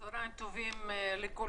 צהריים טובים לכולם.